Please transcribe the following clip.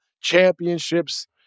championships